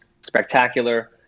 spectacular